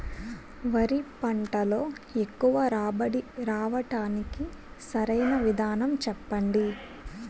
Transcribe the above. వరి పంటలో ఎక్కువ రాబడి రావటానికి సరైన విధానం చెప్పండి?